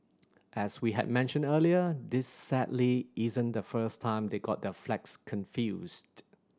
as we had mentioned earlier this sadly isn't the first time they got their flags confused